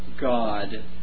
God